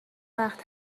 وقت